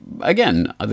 again